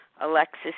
Alexis